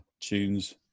tunes